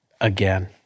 again